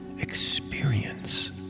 experience